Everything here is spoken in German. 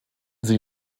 sie